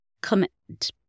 commitment